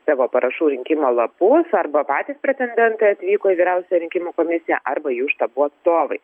savo parašų rinkimo lapus arba patys pretendentai atvyko į vyriausiąją rinkimų komisiją arba jų štabų atstovai